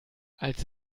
als